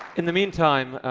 in the meantime,